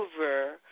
over